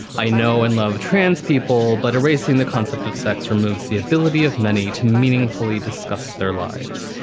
i know and love trans people, but erasing the concept of sex removes the ability of many to meaningfully discuss their lives.